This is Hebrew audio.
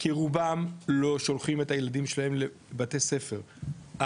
כי רובם לא שולחים את הילדים שלהם לבתי ספר,